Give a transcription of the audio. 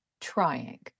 trying